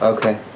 Okay